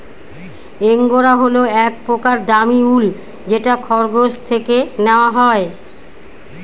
angora হল এক প্রকার দামী উল যেটা খরগোশ থেকে নেওয়া হয়